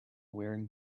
wearing